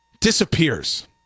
disappears